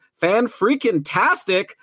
fan-freaking-tastic